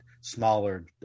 smaller